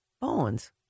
bones